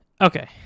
Okay